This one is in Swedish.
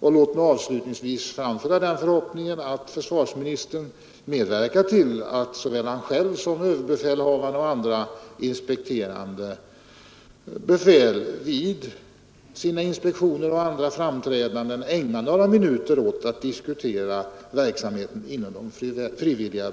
Och låt mig avslutningsvis framföra den förhoppningen att såväl försvarsministern själv som överbefälhavaren och andra inspekterande befäl medverkar härvidlag och vid sina inspektioner och andra framträdanden ägnar några minuter åt att diskutera verksamheten inom de frivilliga